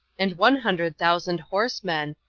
and one hundred thousand horsemen,